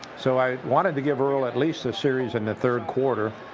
so i wanted to give earl at least a series in the third quarter.